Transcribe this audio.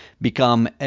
become